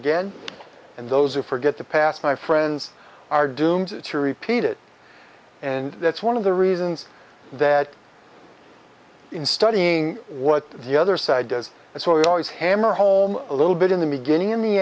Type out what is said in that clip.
again and those who forget the past my friends are doomed to repeat it and that's one of the reasons that in studying what the other side does and so we always hammer home a little bit in the beginning in the